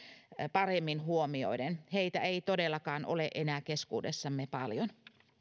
paremmin huomioiden heitä ei todellakaan ole enää keskuudessamme paljon